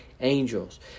angels